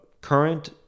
current